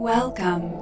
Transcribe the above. Welcome